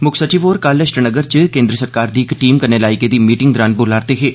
मुक्ख सचिव होर कल श्रीनगर च केन्द्र सरकार दी इक टीम कन्नै लाई गेदी मीटिंग दौरान बोला'रदे हे